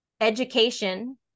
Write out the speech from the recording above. education